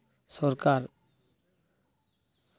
ᱥᱚᱨᱠᱟᱨ